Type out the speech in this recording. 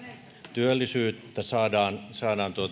työllisyyttä saadaan saadaan